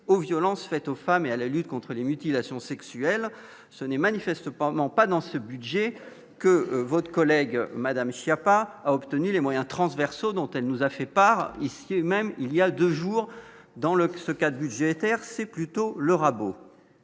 aux violences faites aux femmes et à la lutte contre les mutilations sexuelles, ce n'est manifeste pendant pas dans ce budget que votre collègue, Madame Schiappa a obtenu les moyens transversaux dont elle nous a fait part ici même il y a 2 jours dans le ce cas d'budgétaire, c'est plutôt le rabot